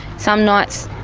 some nights,